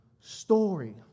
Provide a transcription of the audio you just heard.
story